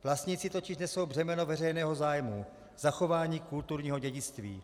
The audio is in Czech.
Vlastnící totiž nesou břemeno veřejného zájmu zachování kulturního dědictví.